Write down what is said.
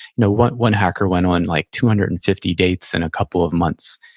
you know one one hacker went on like two hundred and fifty dates in a couple of months,